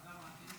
תודה רבה,